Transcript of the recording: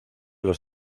los